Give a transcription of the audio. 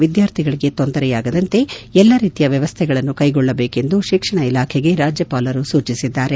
ವಿದ್ವಾರ್ಥಿಗಳಿಗೆ ತೊಂದರೆಯಾಗದಂತೆ ಎಲ್ಲಾ ರೀತಿಯ ವ್ವವಸ್ಥೆಗಳನ್ನು ಕೈಗೊಳ್ಳಬೇಕು ಎಂದು ಶಿಕ್ಷಣ ಇಲಾಖೆಗೆ ರಾಜ್ಯಪಾಲರು ಸೂಚಿಸಿದ್ದಾರೆ